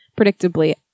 predictably